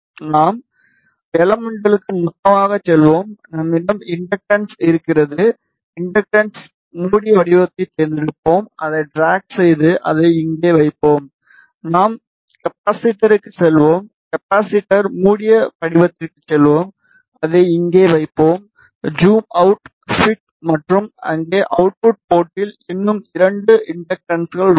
நாம் எலமென்ட்களுக்கு மொத்தமாகவும் செல்வோம் நம்மிடம் இண்டக்டன்ஸ் இருக்கிறது இண்டக்டன்ஸ் மூடிய வடிவத்தைத் தேர்ந்தெடுப்போம் அதை ட்ராக் செய்து அதை இங்கே வைப்போம் நாம் கப்பாசிட்டருக்கு செல்வோம் கப்பாசிட்டர் மூடிய படிவத்திற்கு செல்வோம் அதை இங்கே வைப்போம் ஜூம் அவுட் பிட் மற்றும் இங்கே அவுட்புட் போர்ட்டில் இன்னும் இரண்டு இண்டக்டன்ஸ்கள் உள்ளன